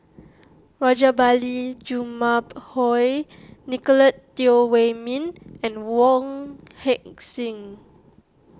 Rajabali Jumabhoy Nicolette Teo Wei Min and Wong Heck Sing